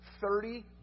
thirty